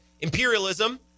Imperialism